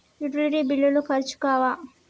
Utility బిల్లులు ఖర్చు కావా?